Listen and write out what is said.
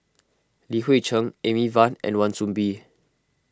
Li Hui Cheng Amy Van and Wan Soon Bee